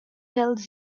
tells